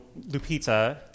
Lupita